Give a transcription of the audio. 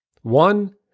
One